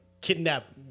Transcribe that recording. kidnap